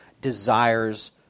desires